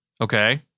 Okay